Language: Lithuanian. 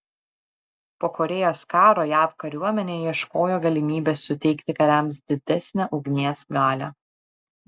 po korėjos karo jav kariuomenė ieškojo galimybės suteikti kariams didesnę ugnies galią